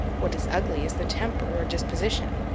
what is ugly is the temper, or disposition,